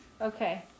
Okay